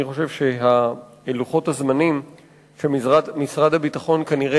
אני חושב שלוחות הזמנים שמשרד הביטחון כנראה